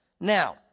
Now